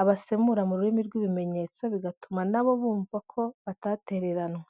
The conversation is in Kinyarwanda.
abasemura mu rurimi rw'ibimenyetso, bigatuma nabo bumva ko batatereranwe.